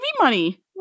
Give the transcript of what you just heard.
money